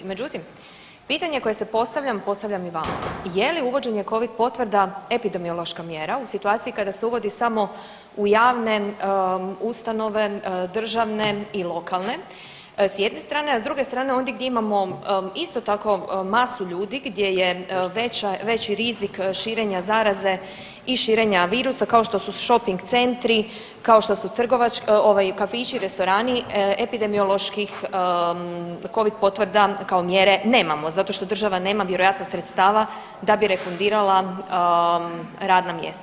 Međutim, pitanje koje si postavljam, postavljam i vama, je li uvođenje Covid potvrda epidemiološka mjera u situaciji kada se uvodi samo u javne ustanove, državne i lokalne s jedne strane, a s druge strane ondje gdje imamo isto tako masu ljudi gdje je veća, veći rizik širenja zaraze i širenja virusa kao što su shopping centri, kao što su ovaj kafići, restorani epidemioloških Covid potvrda kao mjere nemamo zato što država nema vjerojatno sredstava da bi refundirala radna mjesta.